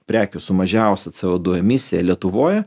prekių su mažiausia co du emisija lietuvoje